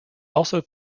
also